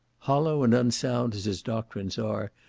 hollow and unsound as his doctrines are,